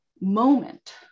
moment